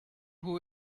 who